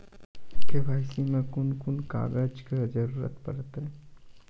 KYC मे कून कून कागजक जरूरत परतै?